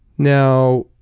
now